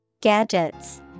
Gadgets